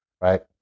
right